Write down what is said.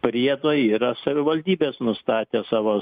priedo yra savivaldybės nustatė savo